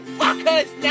fuckers